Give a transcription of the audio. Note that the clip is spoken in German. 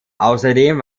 außerdem